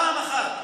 פעם אחת: